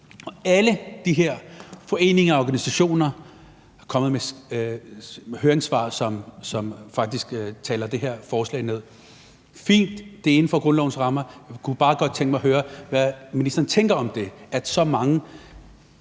alle de her foreninger og organisationer – er kommet med høringssvar, som faktisk taler det her forslag ned. Det er fint, at det er inden for grundlovens rammer, men jeg kunne bare godt tænke mig at høre, hvad ministeren tænker om, at så mange